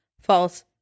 False